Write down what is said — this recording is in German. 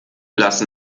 lassen